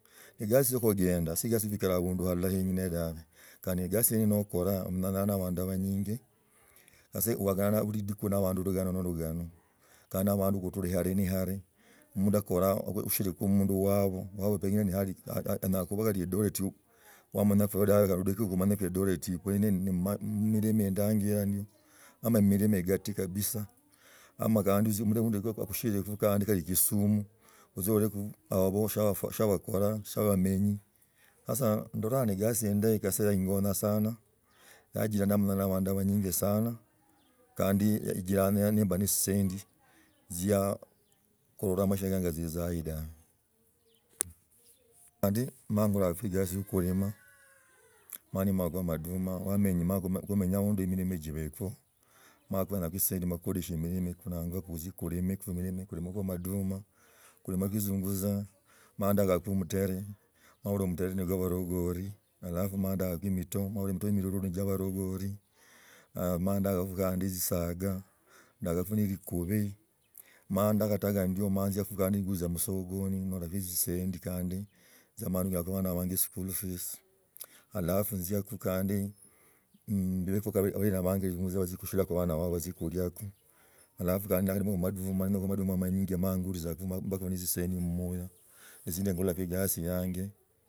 Eyasi yo khugendo si egasi yukhulkala abundu halala dabe kandi eyasi ino nokaraa ong’ang’ana na abandu abanyingi, sasa uakanga bulidiku na abandu lugano ne lugano, khandi na abandu kutura yale ne yale omundu akoraa okushiliku omundu wabwe wabuse anyala kuiba kandi eldoret ila wamanyiku dabe kenyeka kumanyika eldoret ila pengine ni mmilima indangu ila ndiyo nomba mmilima gati kabisa. Ama kandi mundu agushiliku kandi gut kisumu oshie ololeku obabusha shia bakolaa, shia bamenyi. Sasa ndoraa ni egasi endahi kasi yaingonya sana. Yakira ndamanyana na abandu abanyinji sana kandi yajira nimba ne ishisendi tzia kurora amaisha kanje kazizaa ena tawe, kandi emara ekorako egasi yobukulima mala nimako amaduma, kumenyaa aundi mulima jibeeku mala kvenyaku tsisendi makukudisha mirima isnangwa kutzie kurime kurimzko amaduma kulimiko ezinyutza, mandagaku omutere babolaa umulere ni kwa abalogos halafu mala endagaks emili milulu nijia barugor, malo ndagaku kandi tzisaya ndoyako nelikubi, maa ndakataya ndio manzioks gandi nyusia kusokoni, nyolaku tsisenti gandi. Mara abana banja school fees. Halafu nziaku gandi mbiliki abina banije tzinguza bakhe kushira abana babe bachie khuliako halafu kandi ndakanima amaduma, amaduma amanji mala ngulitzaks mbaku na tsisinzi ni findi ngulakhu egasi yanje.